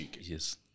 Yes